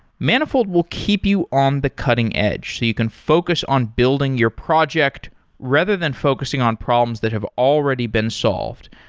manifold will keep you on the cutting edge so you can focus on building your project rather than focusing on problems that have already been solved.